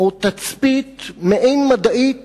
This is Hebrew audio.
או תצפית מעין-מדעית